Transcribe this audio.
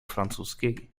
francuskiej